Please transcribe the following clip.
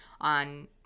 on